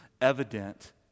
evident